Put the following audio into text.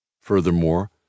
Furthermore